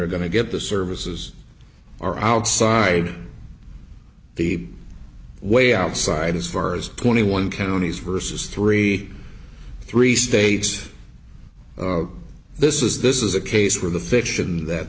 are going to get the services are outside the way outside as far as twenty one counties versus three three states this is this is a case where the fiction that